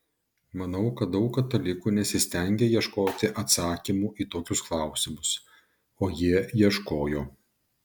manau kad daug katalikų nesistengia ieškoti atsakymų į tokius klausimus o jie ieškojo